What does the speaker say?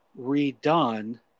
redone